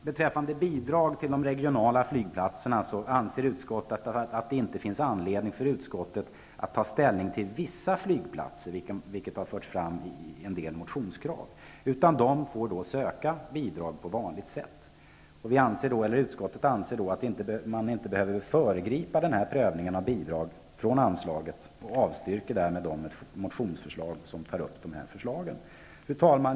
Beträffande bidrag till de regionala flygplatserna, anser utskottet att det inte finns anledning för utskottet at ta ställning till vissa flygplatser -- vilket har förts fram i en del motionskrav -- utan dessa bidrag får sökas på vanligt sätt. Utskottet anser sig inte behöva föregripa prövningen av bidrag från anslaget och avstyrker därmed motionsförslagen angående detta. Fru talman!